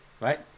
Right